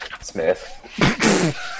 Smith